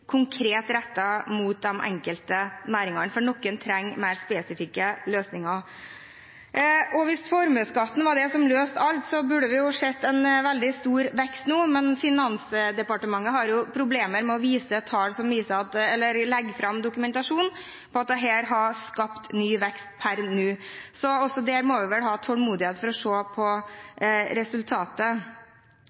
konkret rettet mot de enkelte næringene, for noen trenger mer spesifikke løsninger. Hvis formuesskatten var det som løste alt, burde vi jo sett en veldig stor vekst nå, men Finansdepartementet har problemer med å legge fram dokumentasjon på at dette har skapt ny vekst per nå. Så også det må vi vel ha tålmodighet for å se resultatet av. Så til Fremskrittspartiets Korsbergs uttalelse om at de rød-grønne ikke gjorde noe på